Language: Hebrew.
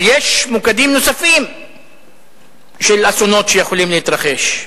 ויש מוקדים נוספים של אסונות שיכולים להתרחש.